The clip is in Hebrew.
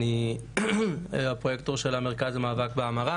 אני הפרויקטור של המרכז למאבק בהמרה